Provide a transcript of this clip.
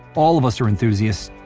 all of us are enthusiasts.